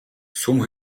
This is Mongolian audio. сүм